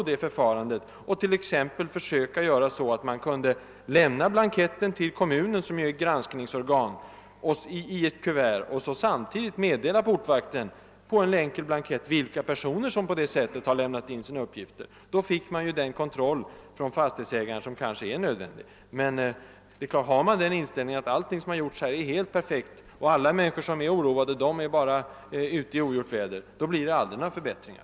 Kanske kunde man i stället ordna det så, att blanketten i fortsättningen kan lämnas till kommunen, som är granskningsorgan, samtidigt som portvakten på en enkel blankett får meddelande om vilka personer som på det sättet lämnat in sina uppgifter. Då finge man den kontroll från fastighetsägaren som måhända är nödvändig. Men har man den inställningen att allting som gjorts är helt perfekt och att alla oroade människor är ute i ogjort väder, då blir det aldrig några förbättringar.